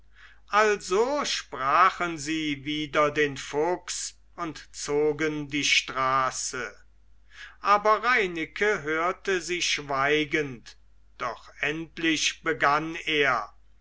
also sprachen sie wider den fuchs und zogen die straße aber reineke hörte sie schweigend doch endlich begann er